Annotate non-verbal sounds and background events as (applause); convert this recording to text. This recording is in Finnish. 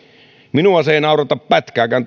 minua tuollainen politiikka ei naurata pätkääkään (unintelligible)